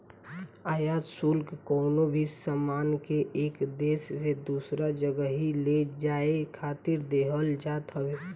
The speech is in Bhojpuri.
आयात शुल्क कवनो भी सामान के एक देस से दूसरा जगही ले जाए खातिर देहल जात हवे